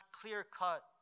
clear-cut